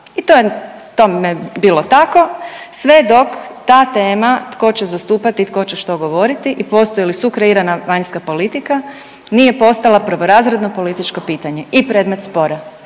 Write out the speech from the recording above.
je tome bilo tako sve dok ta tema tko će zastupati i tko će što govoriti i postoji li sukreirana vanjska politika nije postala prvorazredno političko pitanje i predmet spora